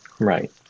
Right